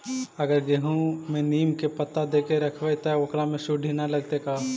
अगर गेहूं में नीम के पता देके यखबै त ओकरा में सुढि न लगतै का?